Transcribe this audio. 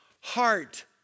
heart